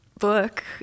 book